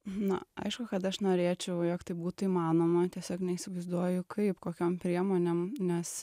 na aišku kad aš norėčiau jog tai būtų įmanoma tiesiog neįsivaizduoju kaip kokiom priemonėm nes